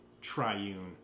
triune